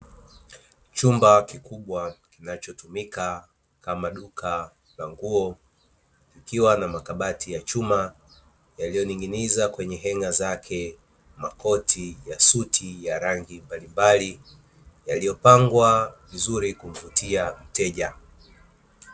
Chumba kikubwa kinachotumika kama duka la nguo, kikiwa na makabati ya chuma yaliyoning`iniza kwenye henga zake makoti ya suti ya rangi mbalimbali; yaliyopangwa vizuri kumvutia mteja.